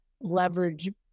leverage